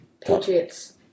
Patriots –